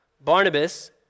Barnabas